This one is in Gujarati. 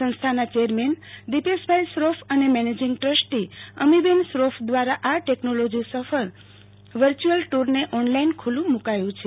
સંસ્થાના ચેરમેન દિપેશભાઇ શ્રોફ અને મેનેજીંગ ટ્રસ્ટી અમીબેન શ્રોફ દ્વારા આ ટેકનોલોજી સભર વર્ચ્યુઅલ ટુર ને ઓનલાઈન ખુલ્લું મુકાયું છે